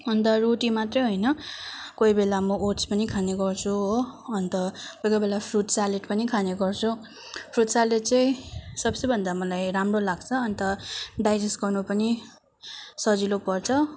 अन्त रोटी मात्रै होइन कोही बेला म ओट्स पनि खाने गर्छु हो अन्त कोही कोही बेला फ्रुट स्यालेट पनि खाने गर्छु फ्रुट स्यालेट चाहिँ सबसे भन्दा मलाई राम्रो लाग्छ अन्त डाइजेस्ट गर्नु पनि सजिलो पर्छ